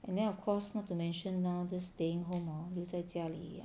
and then of course not to mention now this staying home hor 留在家里 ha